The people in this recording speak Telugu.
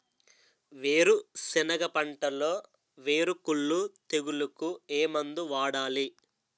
వేరుసెనగ పంటలో వేరుకుళ్ళు తెగులుకు ఏ మందు వాడాలి?